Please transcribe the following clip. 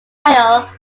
aisle